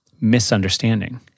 misunderstanding